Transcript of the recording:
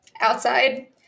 outside